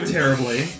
terribly